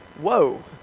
Whoa